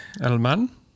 Elman